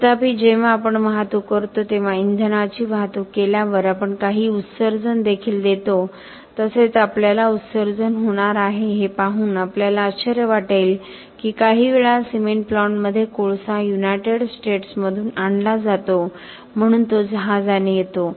तथापि जेव्हा आपण वाहतूक करतो तेव्हा इंधनाची वाहतूक केल्यावर आपण काही उत्सर्जन देखील देतो तसेच आपल्याला उत्सर्जन होणार आहे हे पाहून आपल्याला आश्चर्य वाटेल की काहीवेळा सिमेंट प्लांटमध्ये कोळसा युनायटेड स्टेट्समधून आणला जातो म्हणून तो जहाजाने येतो